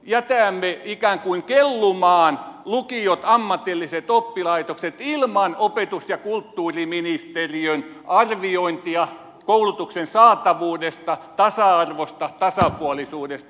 nyt jätämme ikään kuin kellumaan lukiot ammatilliset oppilaitokset ilman opetus ja kulttuuriministeriön arviointia koulutuksen saatavuudesta tasa arvosta tasapuolisuudesta